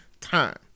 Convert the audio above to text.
time